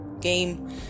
game